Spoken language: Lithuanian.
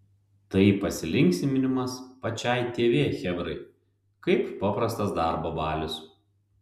tai pasilinksminimas pačiai tv chebrai kaip paprastas darbo balius